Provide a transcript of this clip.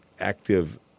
active